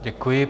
Děkuji.